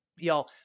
Y'all